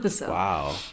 Wow